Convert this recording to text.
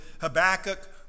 Habakkuk